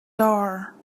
door